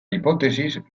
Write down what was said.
hipótesis